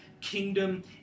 kingdom